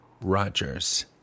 Rogers